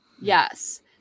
Yes